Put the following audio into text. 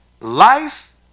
life